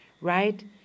right